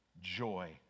joy